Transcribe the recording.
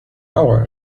hour